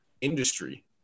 industry